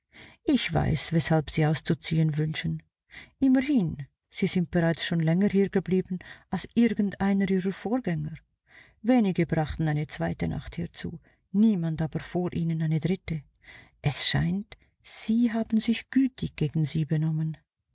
ich weiß weshalb sie auszuziehen wünschen immerhin sie sind bereits schon länger hier geblieben als irgend einer ihrer vorgänger wenige brachten eine zweite nacht hier zu niemand aber vor ihnen eine dritte es scheint sie haben sich gütig gegen sie benommen